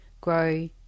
grow